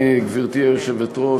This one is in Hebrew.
גברתי היושבת-ראש,